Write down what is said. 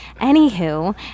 Anywho